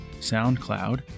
SoundCloud